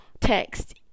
text